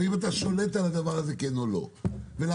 ואם אתה כן או לא שולט על הדבר הזה.